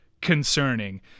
concerning